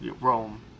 Rome